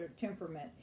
temperament